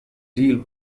deal